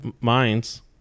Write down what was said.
minds